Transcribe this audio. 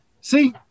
see